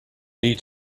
need